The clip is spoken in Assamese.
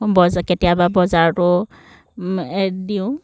কেতিয়াবা বজাৰতো দিওঁ